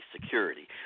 security